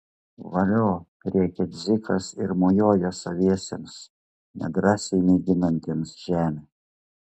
valio rėkia dzikas ir mojuoja saviesiems nedrąsiai mėginantiems žemę